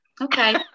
Okay